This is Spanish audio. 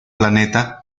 planeta